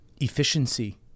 efficiency